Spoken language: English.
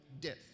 death